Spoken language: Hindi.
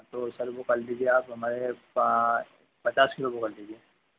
तो सर वह कर दीजिए आप मैं पचास किलो कर दीजिए